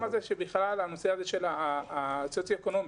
העניין הסוציו-אקונומי.